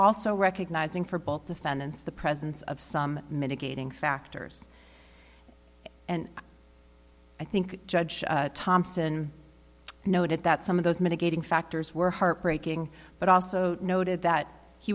also recognizing for both defendants the presence of some mitigating factors and i think judge thompson noted that some of those mitigating factors were heartbreaking but also noted that he